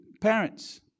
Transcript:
parents